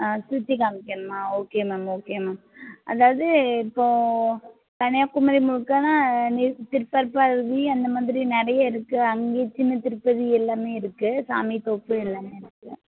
ஆ சுற்றி காமிக்கணுமா okay ma'am okay ma'am அதாவது இப்போது கன்னியாகுமரி முழுக்கன்னா திருப்பரப்பு அருவி அந்த மாதிரி நிறைய இருக்குது அங்கேயே சின்ன திருப்பதி எல்லாமே இருக்குது சாமிதோப்பு எல்லாமே இருக்கும்